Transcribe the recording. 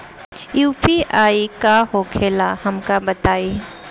UPI का होखेला हमका बताई?